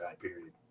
period